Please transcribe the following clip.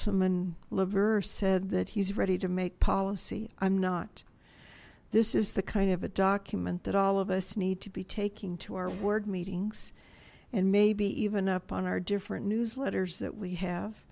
councilman laverre said that he's ready to make policy i'm not this is the kind of a document that all of us need to be taking to our board meetings and maybe even up on our different newsletters that we have